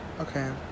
Okay